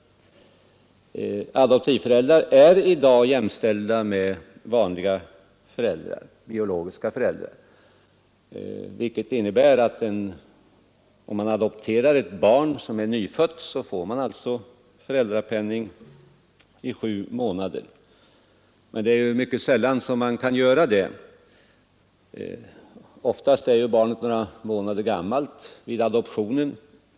Adoptivföräldrar är i dag jämställda med biologiska föräldrar, vilket innebär att de som adopterar ett nyfött barn får föräldrapenning i sju månader. Men det är ju mycket sällan detta kan ske. Oftast är ju barnet några månader gammalt vid adoptionen.